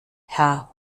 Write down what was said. herr